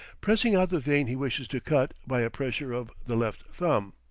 pressing out the vein he wishes to cut by a pressure of the left thumb.